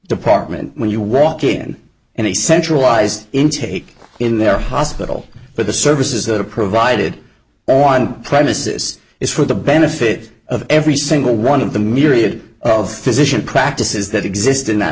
department when you walk in and a centralized intake in their hospital but the services that are provided on premises is for the benefit of every single one of the myriad of physician practices that exist in that